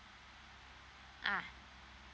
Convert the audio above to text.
ah